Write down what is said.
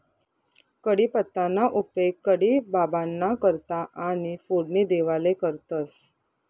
कढीपत्ताना उपेग कढी बाबांना करता आणि फोडणी देवाले करतंस